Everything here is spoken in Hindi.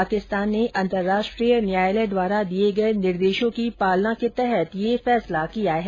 पाकिस्तान ने अंतर्राष्ट्रीय न्यायालय द्वारा दिये गये निर्देशों की पालना के तहत ये फैसला किया है